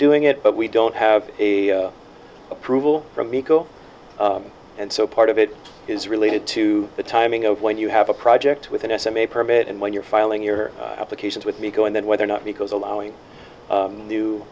doing it but we don't have a approval from eco and so part of it is related to the timing of when you have a project with an s m a permit and when you're filing your applications with me go and then whether or not because allowing